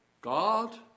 God